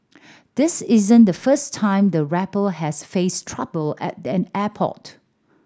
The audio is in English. this isn't the first time the rapper has faced trouble at an airport